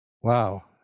Wow